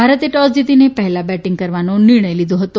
ભારતે ટોસ જીતીને પહેલા બેટીંગ કરવાનો નિર્ણય લીધો હતો